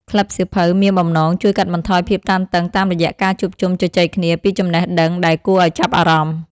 ក្លឹបសៀវភៅមានបំណងជួយកាត់បន្ថយភាពតានតឹងតាមរយៈការជួបជុំជជែកគ្នាពីចំណេះដឹងដែលគួរឱ្យចាប់អារម្មណ៍។